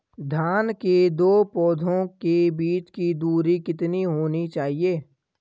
धान के दो पौधों के बीच की दूरी कितनी होनी चाहिए?